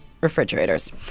refrigerators